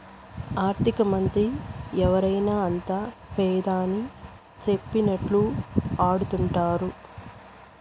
ఆర్థికమంత్రి ఎవరైనా అంతా పెదాని సెప్పినట్లా ఆడతండారు